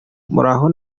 muraho